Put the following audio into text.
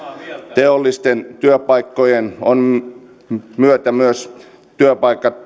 teollisten työpaikkojen myötä myös työpaikat